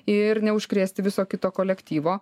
ir neužkrėsti viso kito kolektyvo